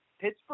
Pittsburgh